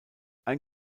ein